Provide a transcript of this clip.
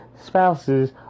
spouses